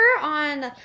on